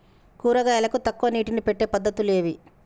కూరగాయలకు తక్కువ నీటిని పెట్టే పద్దతులు ఏవి?